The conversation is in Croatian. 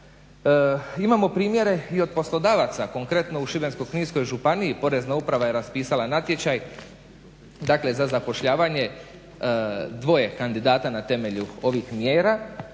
Imamo primjere i od poslodavaca, konkretno u Šibensko-kninskoj županiji porezna uprava je raspisala natječaj, dakle za zapošljavanje dvoje kandidata na temelju ovih mjera,